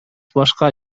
башкача